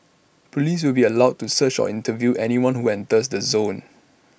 Police will be allowed to search or interview anyone who enters the zone